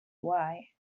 why